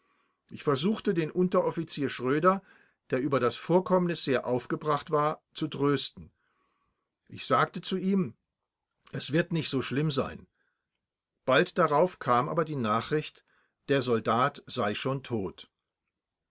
ich versuchte den unteroffizier schröder der über das vorkommnis sehr aufgebracht war zu trösten sten ich sagte zu ihm es wird nicht so schlimm sein bald darauf kam aber die nachricht der soldat sei schon tot